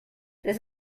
this